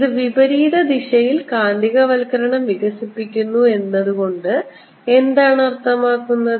ഇത് വിപരീത ദിശയിൽ കാന്തികവൽക്കരണം വികസിപ്പിക്കുന്നു എന്നതുകൊണ്ട് എന്താണ് അർത്ഥമാക്കുന്നത്